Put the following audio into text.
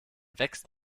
wächst